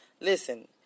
Listen